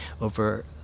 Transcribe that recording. over